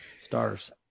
Stars